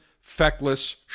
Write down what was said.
feckless